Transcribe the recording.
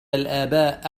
الآباء